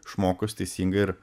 išmokus teisingai ir